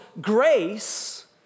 grace